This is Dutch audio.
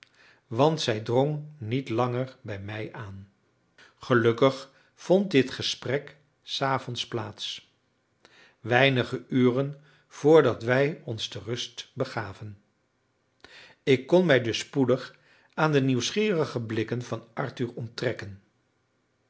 want zij drong niet langer bij mij aan gelukkig vond dit gesprek s avonds plaats weinige uren vr dat wij ons te rust begaven ik kon mij dus spoedig aan de nieuwsgierige blikken van arthur onttrekken